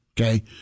Okay